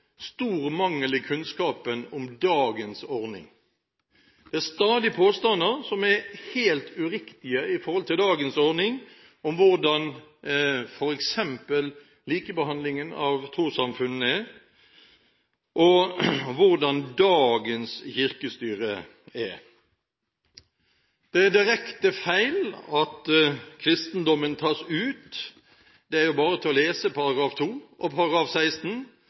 stor mangel på kunnskap om dagens ordning. Det er stadig påstander som er helt uriktige i forhold til dagens ordning, om hvordan f.eks. likebehandlingen av trossamfunnene er, og hvordan dagens kirkestyre er. Det er direkte feil at kristendommen tas ut. Det er jo bare å lese §§ 2 og 16,